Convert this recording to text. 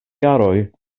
jaroj